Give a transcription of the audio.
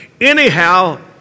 anyhow